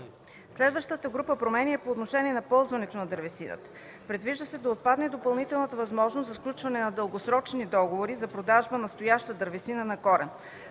Следващата група промени е по отношение на ползването на дървесината. Предвижда се да отпадне допълнителната възможност за сключване на дългосрочни договори за продажба на стояща дървесина на корен.